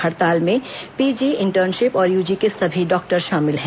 हड़ताल में PG internship और यूजी के सभी डॉक्टर शामिल हैं